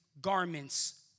garments